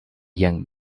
young